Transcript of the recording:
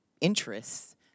interests